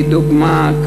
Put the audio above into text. לדוגמה,